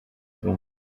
them